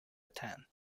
attend